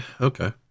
Okay